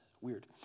weird